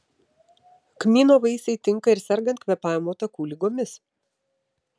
kmyno vaisiai tinka ir sergant kvėpavimo takų ligomis